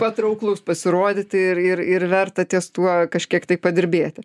patrauklus pasirodyti ir ir ir verta ties tuo kažkiek tai padirbėti